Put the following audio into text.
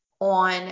on